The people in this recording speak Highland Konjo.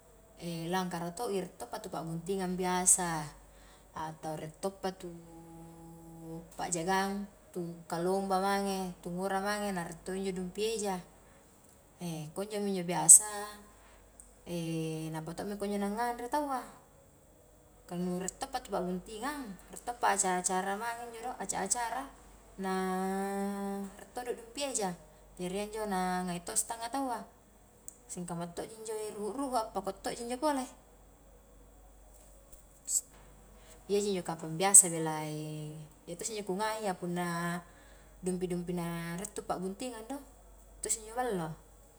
langkara to i rie toppa tu pa'buntingang biasa, atau rie toppa tu pa'jagang atau tu kalomba mange tu ngura mange na rie todo injo dumpi eja e kunjomi injo biasa nampa to'mi kuno nangnganre tau a, kanu rie toppa tu pa'buntingang rie toppa acara-acara mange injo do, aca-acara na rie todo dumpi eja, jari iya injo na ngai to sitanga tau a, singkamua to'ji injo ruhu-ruhu a pakua to'ji injo pole, iya ji injo kapang biasa bela iya to'ji injo kungai iya, punna dumpi dumpi na rie tu pa'buntingang do iya tisse injo ballo.